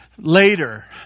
later